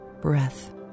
breath